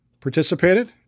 participated